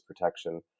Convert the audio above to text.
protection